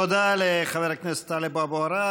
תודה לחבר הכנסת טלב אבו עראר.